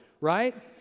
right